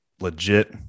legit